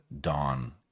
dawn